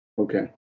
Okay